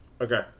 Okay